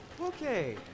Okay